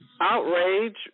outrage